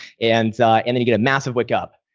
and and you get a massive wake up.